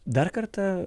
dar kartą